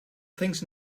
thinks